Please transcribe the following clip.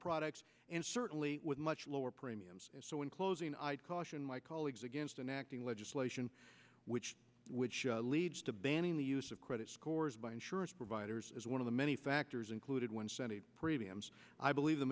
products and certainly with much lower premiums so in closing i'd caution my colleagues against an acting legislation which leads to banning the use of credit scores by insurance providers as one of the many factors included when sent a premium i believe the